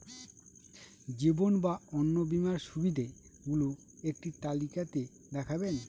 জীবন বা অন্ন বীমার সুবিধে গুলো একটি তালিকা তে দেখাবেন?